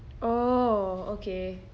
oh okay